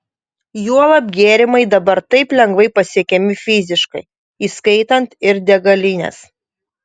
juolab gėrimai dabar taip lengvai pasiekiami fiziškai įskaitant ir degalines